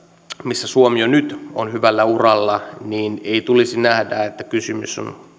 missä suomi jo nyt on hyvällä uralla ei tulisi nähdä että kysymys on